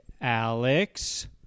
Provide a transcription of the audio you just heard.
Alex